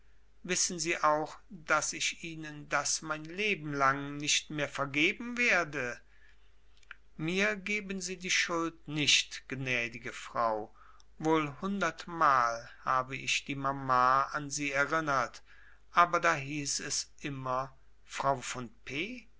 wissen sie auch daß ich ihnen das mein leben lang nicht mehr vergeben werde mir geben sie die schuld nicht gnädige frau wohl hundertmal habe ich die mama an sie erinnert aber da hieß es immer frau von p